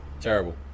Terrible